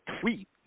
tweet